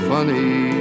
Funny